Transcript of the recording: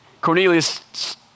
Cornelius